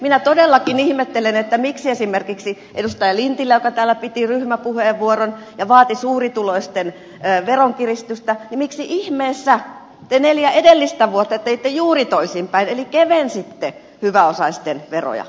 minä todellakin ihmettelen miksi esimerkiksi edustaja lintilä joka täällä piti ryhmäpuheenvuoron ja vaati suurituloisten veronkiristystä miksi ihmeessä te neljä edellistä vuotta teitte juuri toisinpäin eli kevensitte hyväosaisten veroja